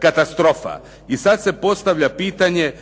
katastrofa. I sad se postavlja pitanje